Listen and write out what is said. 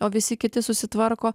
o visi kiti susitvarko